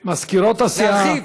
להרחיב.